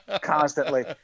Constantly